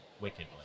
wickedly